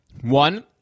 One